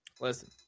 Listen